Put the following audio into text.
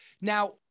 now